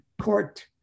Court